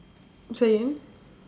say again